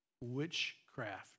witchcraft